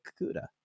kakuda